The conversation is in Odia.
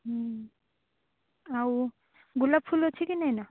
ହୁଁ ଆଉ ଗୋଲାପଫୁଲ ଅଛି କି ନେଇଁନା